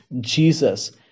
Jesus